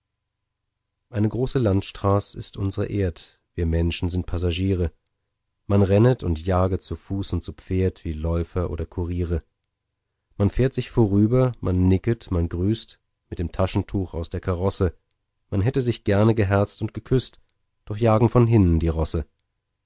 eine große landstraß ist unsere erd wir menschen sind passagiere man rennet und jaget zu fuß und zu pferd wie läufer oder kuriere man fährt sich vorüber man nicket man grüßt mit dem taschentuch aus der karosse man hätte sich gerne geherzt und geküßt doch jagen von hinnen die rosse